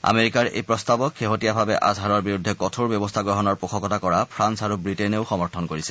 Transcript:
আমেৰিকাৰ এই প্ৰস্তাৱক শেহতীয়াভাৱে আজহাৰৰ বিৰুদ্ধে কঠোৰ ব্যৱস্থা গ্ৰহণৰ পোষকতা কৰা ফ্ৰান্স আৰু ৱিটেইনেও সমৰ্থন কৰিছে